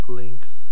links